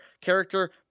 character